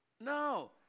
No